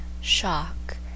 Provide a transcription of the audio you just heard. shock